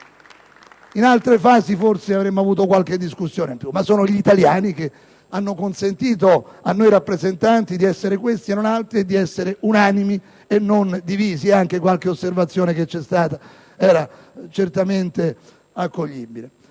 In altre fasi, forse, avremo avuto qualche discussione in più, ma sono gli italiani che hanno consentito a noi rappresentanti di essere questi e non altri, unanimi e non divisi; e anche qualche osservazione che è stata mossa era certamente accoglibile.